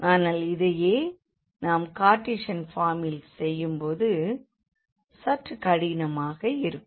ஆனால் இதனையே நாம் கார்டீசன் பார்மில் செய்யும் போது சற்று கடினமாக இருக்கும்